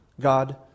God